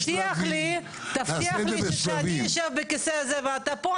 תבטיח לי שאני אשב בכיסא ואתה פה,